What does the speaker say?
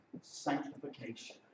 sanctification